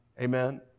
Amen